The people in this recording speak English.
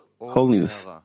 holiness